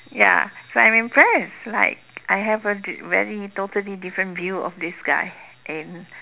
ya so I am impressed like I have a very totally different view of this guy and